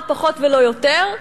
לא פחות ולא יותר,